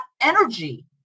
energy